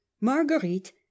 marguerite